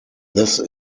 this